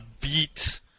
Beat